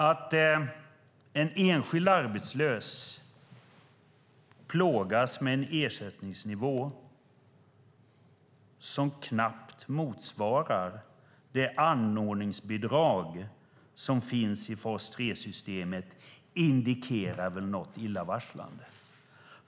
Att en enskild arbetslös plågas med en ersättningsnivå som knappt motsvarar det anordningsbidrag som finns i fas 3-systemet indikerar väl något illavarslande?